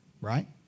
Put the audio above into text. right